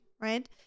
right